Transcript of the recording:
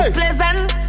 pleasant